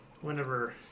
whenever